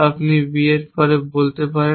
আপনি B এর পরে বলতে পারেন